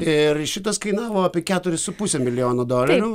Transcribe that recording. ir šitas kainavo apie keturis su puse milijono dolerių